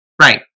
Right